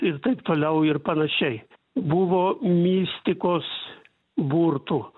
ir taip toliau ir panašiai buvo mistikos burtų